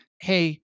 hey